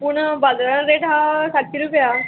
पूण बाजारान रेट आहा सातशीं रुपया